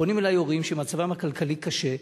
ופונים אלי הורים שמצבם הכלכלי קשה,